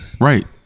right